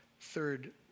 third